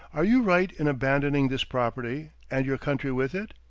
are you right in abandoning this property, and your country with it?